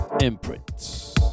imprints